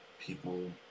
People